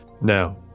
Now